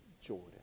Jordan